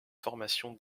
formation